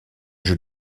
jeu